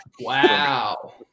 Wow